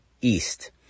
east